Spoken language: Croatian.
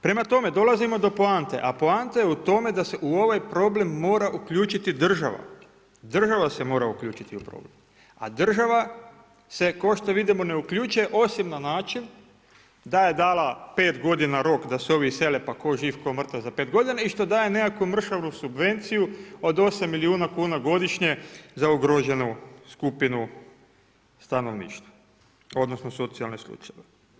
Prema tome, dolazimo do poante, a poanta je u tome da se u ovaj problem mora uključiti država, država se mora uključiti u problem, a država se ko što vidimo ne uključuje osim na način da je dala pet godina rok da se ovi isele, pa ko živ, ko mrtav za pet godina i što daje nekakvu mršavu subvenciju od osam milijuna kuna godišnje za ugroženu skupinu stanovništva odnosno socijalne slučajeve.